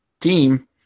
team